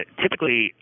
typically